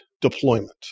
deployment